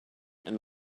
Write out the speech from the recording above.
and